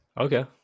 okay